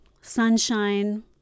sunshine